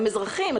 הם אזרחים.